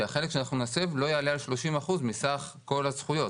שהחלק שאנחנו נסב לא יעלה על 30% מסך כל הזכויות,